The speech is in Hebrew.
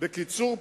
בקיצור,